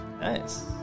Nice